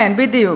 כן, בדיוק.